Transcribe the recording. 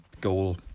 goal